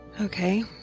Okay